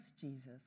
Jesus